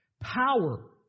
Power